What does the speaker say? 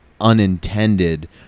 unintended